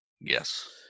Yes